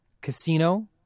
Casino